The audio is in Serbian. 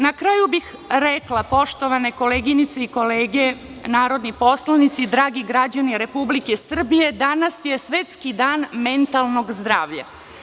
Na kraju bih rekla, poštovane koleginice i kolege narodni poslanici, dragi građani Republike Srbije, danas je Svetski dan mentalnog zdravlja.